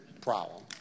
problem